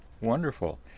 Wonderful